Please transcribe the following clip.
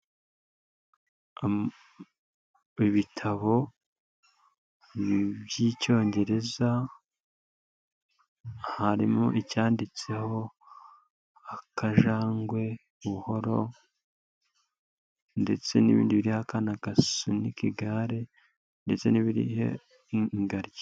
Ibitabo by'icyongereza harimo icyanditseho akajangwe buhoro, ndetse n'ibindi biriho akana gasunika igare, ndetse n'ibiriho ingagi.